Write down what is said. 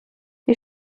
die